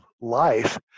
life